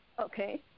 Okay